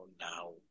now